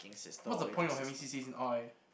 what's the point of having C_C_As in R_I